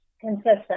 consistent